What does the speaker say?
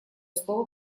слово